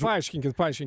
paaiškinkit paaiškinkit